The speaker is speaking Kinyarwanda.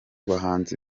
bahanzi